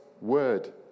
word